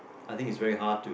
I think it's very hard to